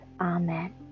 Amen